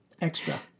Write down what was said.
extra